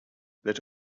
that